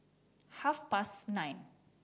half past nine